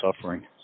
suffering